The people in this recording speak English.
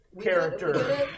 character